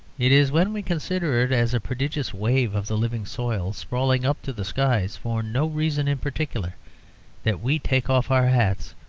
it is when we consider it as a prodigious wave of the living soil sprawling up to the skies for no reason in particular that we take off our hats,